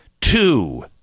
Two